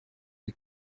the